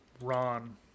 Ron